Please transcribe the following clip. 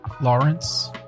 Lawrence